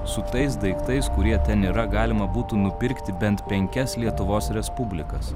su tais daiktais kurie ten yra galima būtų nupirkti bent penkias lietuvos respublikas